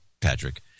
Patrick